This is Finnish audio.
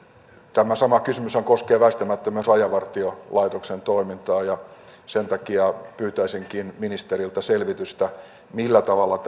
tämä sama kysymyshän koskee väistämättä myös rajavartiolaitoksen toimintaa ja sen takia pyytäisinkin ministeriltä selvitystä millä tavalla